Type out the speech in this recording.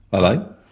Hello